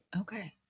Okay